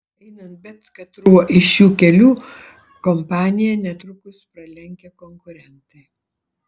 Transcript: einant bet katruo iš šių kelių kompaniją netrukus pralenkia konkurentai